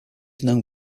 known